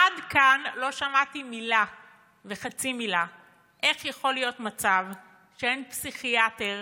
עד כאן לא שמעתי מילה וחצי מילה על איך יכול להיות מצב שאין פסיכיאטר